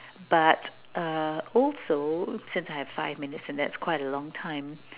but uh also since I have five minutes and that's quite a long time